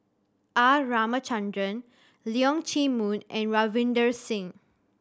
R Ramachandran Leong Chee Mun and Ravinder Singh